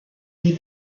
les